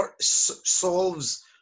solves